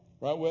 Right